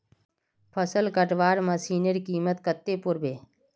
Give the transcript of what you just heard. फसल कटवार मशीनेर कीमत कत्ते पोर बे